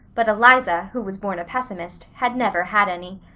but eliza, who was born a pessimist, had never had any.